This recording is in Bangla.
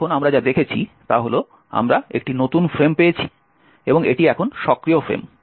তাই এখন আমরা যা দেখেছি তা হল আমরা একটি নতুন ফ্রেম পেয়েছি এবং এটি এখন সক্রিয় ফ্রেম